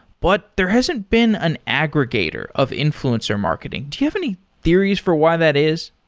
but there hasn't been an aggregator of influencer marketing. do you have any theories for why that is?